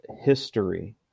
history